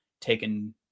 taken